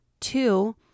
Two